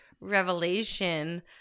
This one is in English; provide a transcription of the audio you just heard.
revelation